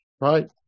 right